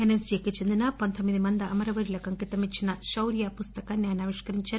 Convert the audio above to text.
ఎన్ఎస్టికి చెందిన పంతోమ్మిది మంది అమరవీరులకు అంకితమిచ్చిన శౌర్య పుస్తకాన్ని ఆవిష్కరించారు